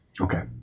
Okay